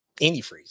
antifreeze